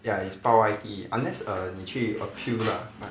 ya is 包 I_T_E unless err 你去 appeal lah